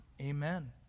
amen